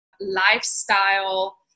lifestyle